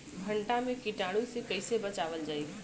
भनटा मे कीटाणु से कईसे बचावल जाई?